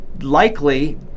likely